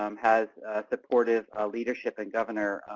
um has supportive leadership and governor,